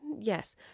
yes